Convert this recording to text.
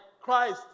Christ